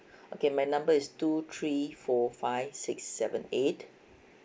okay my number is two three four five six seven eight